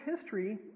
history